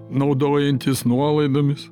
naudojantis nuolaidomis